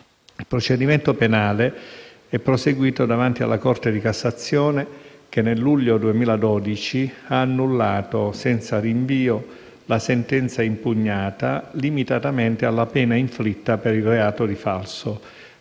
Il procedimento penale è proseguito davanti alla Corte di cassazione che, nel luglio 2012, ha annullato senza rinvio la sentenza impugnata limitatamente alla pena inflitta per il reato di falso,